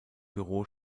büro